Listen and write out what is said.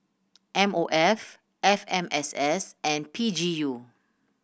M O F F M S S and P G U